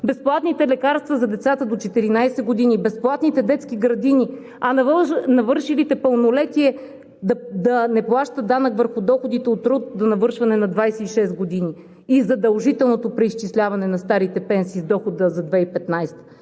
безплатните лекарства за децата до 14 години; безплатните детски градини; навършилите пълнолетие да не плащат данък върху доходите от труд до навършване на 26 години; задължително преизчисляване на старите пенсии с дохода за 2015 г.